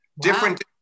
Different